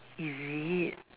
is it